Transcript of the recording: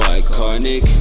iconic